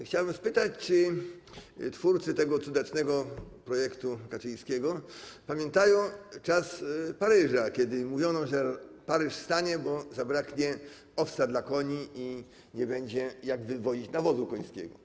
Chciałbym spytać, czy twórcy tego cudacznego projektu Kaczyńskiego pamiętają czas Paryża, kiedy mówiono, że Paryż stanie, bo zabraknie owsa dla koni i nie będzie jak wywozić nawozu końskiego.